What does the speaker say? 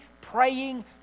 praying